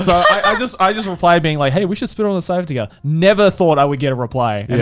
i just i just replied being like, hey, we should spit on and side together. never thought i would get a reply. yeah